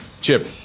Chip